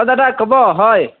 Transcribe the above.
অঁ দাদা ক'ব হয়